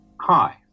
Hi